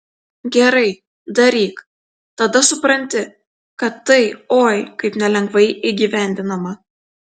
gerai daryk tada supranti kad tai oi kaip nelengvai įgyvendinama